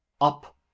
Up